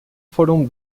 foram